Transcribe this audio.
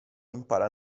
impara